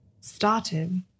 started